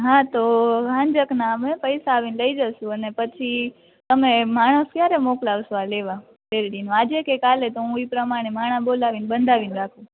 હા તો હાંજકના અમે પૈસા આવીને લઈ જઈસું ને પછી તમે માણસ ક્યારે મોકલાવસો આ લેવા શેરડીનું આજે કે કાલે તો હું ઈ પ્રમાણે માણ બોલાવીને બાંધવીન રાખું